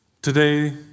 Today